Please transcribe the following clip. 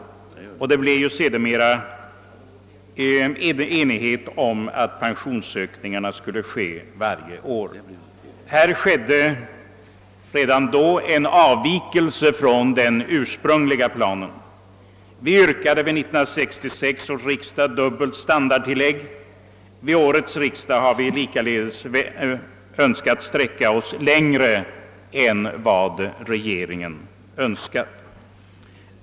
Enighet har ju också sedermera uppnåtts om att pensionsökningarna skulle inträda varje år. Redan detta beslut innebar en avvikelse från den ursprungliga planen. Vi yrkade vid 1966 års riksdag dubbelt standardtillägg. Vid årets riksdag har vi likaledes önskat sträcka oss längre än vad regeringen velat göra.